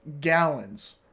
Gallons